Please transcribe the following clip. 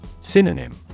Synonym